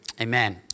Amen